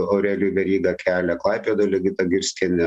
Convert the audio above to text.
aurelijų verygą kelią klaipėdoj ligitą girskienę